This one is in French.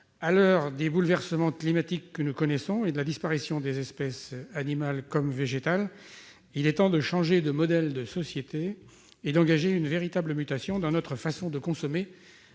à l'heure des bouleversements climatiques que nous connaissons et de la disparition des espèces animales comme végétales, il est temps de changer de modèle de société et d'engager une véritable mutation dans notre façon de consommer,